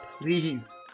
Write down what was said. please